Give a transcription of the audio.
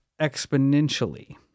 exponentially